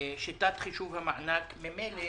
שיטת חישוב המענק ממילא